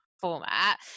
Format